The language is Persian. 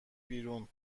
بیرون